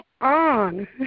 on